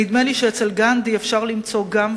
נדמה לי שאצל גנדי אפשר למצוא גם וגם,